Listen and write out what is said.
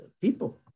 people